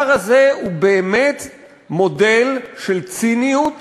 אבל הדבר הזה הוא באמת מודל של ציניות